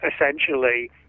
essentially